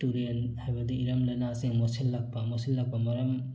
ꯇꯨꯔꯦꯜ ꯍꯥꯏꯕꯗꯤ ꯏꯔꯝ ꯅꯂꯥꯁꯤꯡ ꯃꯣꯠꯁꯤꯜꯂꯛꯄ ꯃꯣꯠꯁꯤꯜꯂꯛꯄ ꯃꯔꯝ